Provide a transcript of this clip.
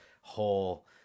whole